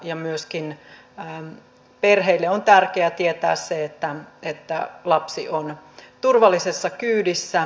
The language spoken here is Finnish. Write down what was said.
ja myöskin perheille on tärkeää tietää se että lapsi on turvallisessa kyydissä